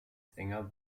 sänger